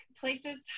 places